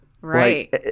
right